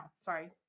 sorry